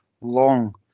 long